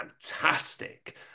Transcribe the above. fantastic